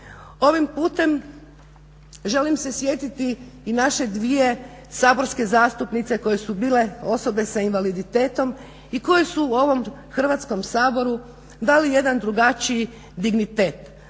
Ovim putem želim se sjetiti i naše dvije saborske zastupnice koje su bile osobe s invaliditetom i koje su ovom Hrvatskom saboru dali jedan drugačiji dignitet,